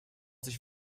sich